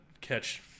catch